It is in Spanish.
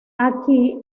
aquí